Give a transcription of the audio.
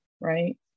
right